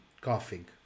coughing